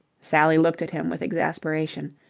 sally looked at him with exasperation.